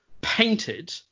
painted